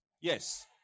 Yes